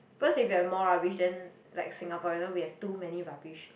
because if you have more rubbish then like Singaporean we have too many rubbish